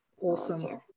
awesome